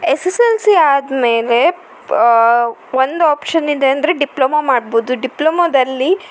SSLC ಆದ ಮೇಲೆ ಒಂದು ಆಪ್ಷನ್ ಇದೆ ಅಂದರೆ ಡಿಪ್ಲೊಮೊ ಮಾಡ್ಬೋದು ಡಿಪ್ಲೊಮೊದಲ್ಲಿ